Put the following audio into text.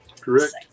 Correct